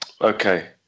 Okay